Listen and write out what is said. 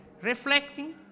reflecting